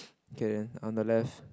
okay then on the left